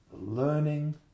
learning